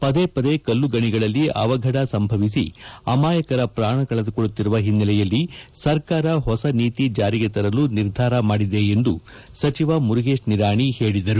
ಪದೇ ಪದೇ ಕಲ್ಲುಗಣಿಗಳಲ್ಲಿ ಅವಘಢ ಸಂಭವಿಸಿ ಅಮಾಯಕರ ಪ್ರಾಣ ಕಳೆದುಕೊಳ್ಳುತ್ತಿರುವ ಹಿನ್ನೆಲೆಯಲ್ಲಿ ಸರ್ಕಾರ ಹೊಸ ನೀತಿ ಜಾರಿಗೆ ತರಲು ನಿರ್ಧಾರ ಮಾಡಿದೆ ಎಂದು ಸಚಿವ ಮುರುಗೇಶ್ ನಿರಾಣಿ ಹೇಳಿದರು